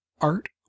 Art